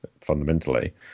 fundamentally